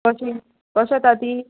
कशें खसें तांती